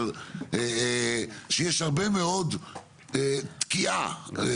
שיש הרבה מאוד תקיעה.